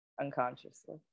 unconsciously